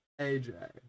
AJ